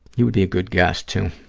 you would be a good guest, too,